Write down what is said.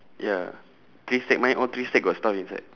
ya three stack mine all three stack got stuff inside